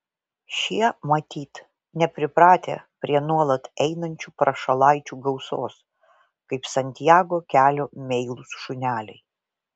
šie matyt nepripratę prie nuolat einančių prašalaičių gausos kaip santiago kelio meilūs šuneliai